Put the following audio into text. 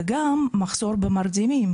וגם מחסור במרדימים,